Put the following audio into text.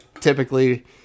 typically